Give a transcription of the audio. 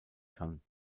kann